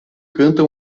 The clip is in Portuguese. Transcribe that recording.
canta